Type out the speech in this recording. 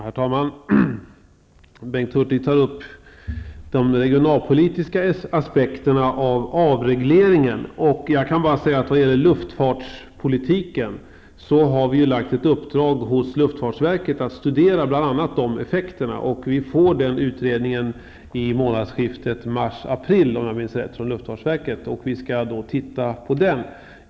Herr talman! Bengt Hurtig tar upp de regionalpolitiska aspekterna av avregleringen. Jag kan bara säga att vi vad gäller luftfartspolitiken har lagt ut ett uppdrag hos luftfartsverket att studera bl.a. sådana effekter. Om jag minns rätt framläggs utredningen från luftfartsverket vid månadsskiftet mars/april, och vi skall då studera den.